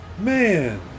Man